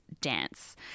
dance